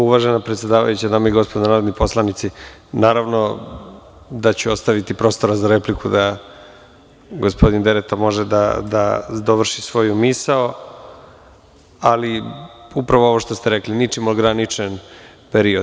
Uvažena predsedavajuća, dame i gospodo narodni poslanici, naravno da ću ostaviti prostora za repliku da gospodin Dereta može da završi svoju misao, ali, upravo ovo što ste rekli – ničim ograničen period.